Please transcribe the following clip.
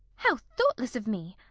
how thoughtless of me.